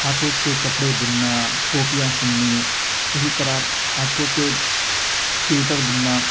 ہاتھوں سے کپڑے بننا ٹوپیاں سلنی اسی طرح ہاتھوں سے سوئٹر بننا